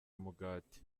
umugati